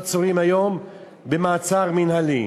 שעצורים היום במעצר מינהלי.